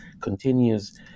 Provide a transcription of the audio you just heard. continues